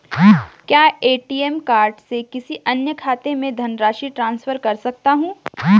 क्या ATM card से किसी अन्य खाते में धनराशि ट्रांसफर कर सकता हूँ?